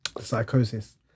psychosis